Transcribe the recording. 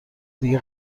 دیگه